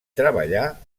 treballar